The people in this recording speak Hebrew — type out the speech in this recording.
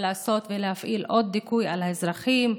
לעשות ולהפעיל עוד דיכוי על האזרחים,